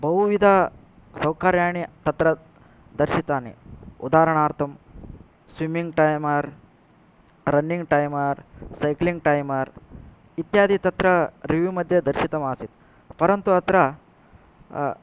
बहुविध सौकर्याणि तत्र दर्शितानि उदाहरणार्थं swimming timer running timer cycling timer इत्यादि तत्र रिव्यू मध्ये दर्शितम् आसीत् परन्तु अत्र